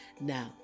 now